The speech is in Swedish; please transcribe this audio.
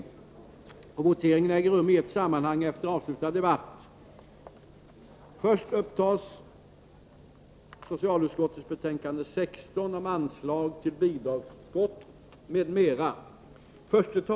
Voteringarna äger rum i ett sammanhang efter avslutad debatt. Först upptas alltså socialförsäkringsutskottets betänkande 18 om efterlevandepension m.m.